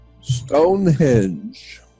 Stonehenge